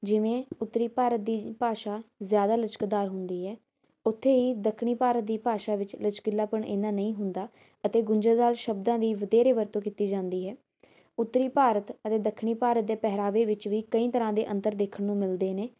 ਜਿਵੇਂ ਉੱਤਰੀ ਭਾਰਤ ਦੀ ਭਾਸ਼ਾ ਜ਼ਿਆਦਾ ਲਚਕਦਾਰ ਹੁੰਦੀ ਹੈ ਉੱਥੇ ਹੀ ਦੱਖਣੀ ਭਾਰਤ ਦੀ ਭਾਸ਼ਾ ਵਿੱਚ ਲਚਕੀਲਾਪਣ ਇੰਨਾ ਨਹੀਂ ਹੁੰਦਾ ਅਤੇ ਗੁੰਝਲਦਾਰ ਸ਼ਬਦਾਂ ਦੀ ਵਧੇਰੇ ਵਰਤੋਂ ਕੀਤੀ ਜਾਂਦੀ ਹੈ ਉੱਤਰੀ ਭਾਰਤ ਅਤੇ ਦੱਖਣੀ ਭਾਰਤ ਦੇ ਪਹਿਰਾਵੇ ਵਿੱਚ ਵੀ ਕਈ ਤਰ੍ਹਾਂ ਦੇ ਅੰਤਰ ਦੇਖਣ ਨੂੰ ਮਿਲਦੇ ਨੇ